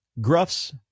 Gruff's